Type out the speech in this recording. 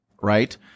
right